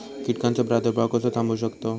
कीटकांचो प्रादुर्भाव कसो थांबवू शकतव?